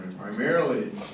primarily